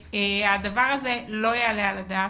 הדבר הזה לא יעלה על הדעת,